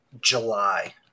July